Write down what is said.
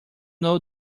know